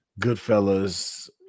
goodfellas